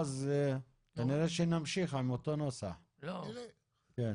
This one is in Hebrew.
אם החליטה שלא כנראה יש לה סיבה טובה.